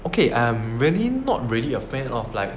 okay I'm really not really a fan of like